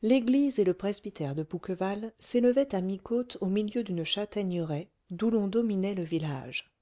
l'église et le presbytère de bouqueval s'élevaient à mi-côte au milieu d'une châtaigneraie d'où l'on dominait le village